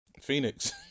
Phoenix